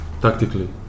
tactically